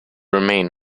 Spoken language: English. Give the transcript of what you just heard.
remain